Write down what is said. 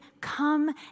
come